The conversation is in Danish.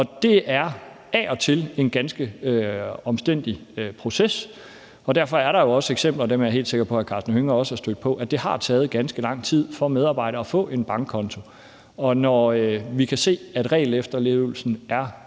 Det er af og til en ganske omstændelig proces, og derfor er der også eksempler, og dem er jeg helt sikker på hr. Karsten Hønge også er stødt på, på, at det har taget ganske lang tid for medarbejdere at få en bankkonto. Når vi kan se, at regelefterlevelsen er